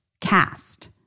cast